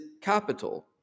capital